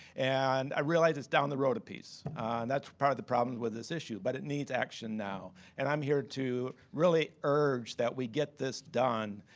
and, i realize it's down the road apiece. and that's probably the problem with this issue, but it needs action now. and i'm here to really urge that we get this done.